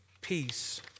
peace